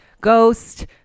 ghost